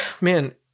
man